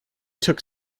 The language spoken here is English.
took